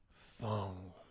thong